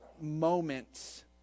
moments